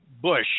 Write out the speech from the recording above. Bush